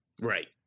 Right